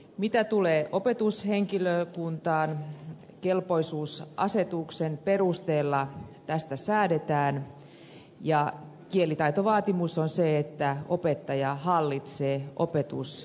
mitä tulee opetushenkilökuntaan kelpoisuusasetuksen perusteella tästä säädetään ja kielitaitovaatimus on se että opettaja hallitsee opetuskielen